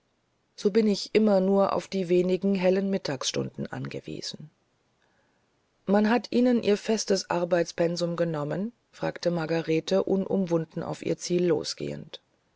so bin ich immer nur auf die wenigen hellen mittagsstunden angewiesen man hat ihnen ihr festes arbeitspensum genommen fragte margarete unumwunden auf ihr ziel losgehend